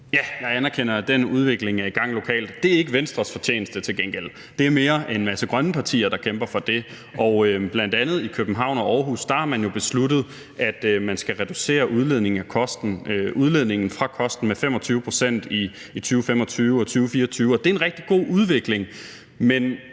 Ja, jeg anerkender, at den udvikling er i gang lokalt. Det er til gengæld ikke Venstres fortjeneste – det er mere en masse grønne partier, der kæmper for det. Og i bl.a. København og Aarhus har man jo besluttet, at man skal reducere udledningen fra kosten med 25 pct. i 2024 og i 2025 – og det er en rigtig god udvikling.